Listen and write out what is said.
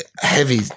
heavy